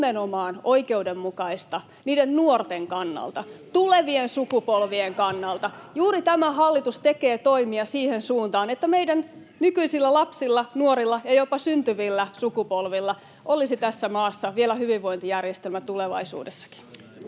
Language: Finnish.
oikeudenmukaista niiden nuorten kannalta, tulevien sukupolvien kannalta. Juuri tämä hallitus tekee toimia siihen suuntaan, että meidän nykyisillä lapsilla, nuorilla ja jopa syntyvillä sukupolvilla olisi tässä maassa hyvinvointijärjestelmä vielä tulevaisuudessakin.